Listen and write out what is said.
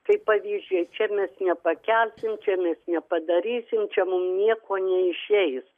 kaip pavyzdžiai čia mes nepakelsims čia mes nepadarysim čia mum nieko neišeis